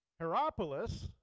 Hierapolis